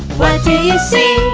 what do you see?